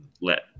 let